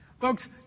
Folks